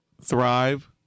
thrive